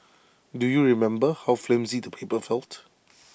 do you remember how flimsy the paper felt